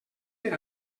per